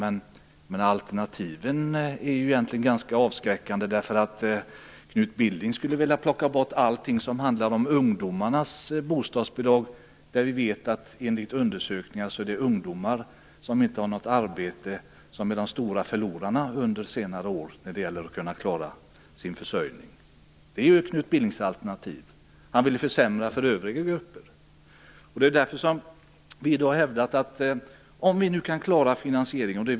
Men alternativen är egentligen ganska avskräckande. Knut Billing skulle vilja plocka bort allt som handlar om ungdomars bostadsbidrag. Olika undersökningar har visat att det är ungdomar utan arbete som är de stora förlorarna under senare år när det handlar om att klara sin försörjning. Det är Knut Billings alternativ. Han vill försämra för övriga grupper. Vi har hävdat att vi är angelägna om att klara finansieringen.